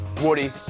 Woody